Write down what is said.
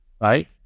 right